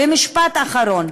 ומשפט אחרון.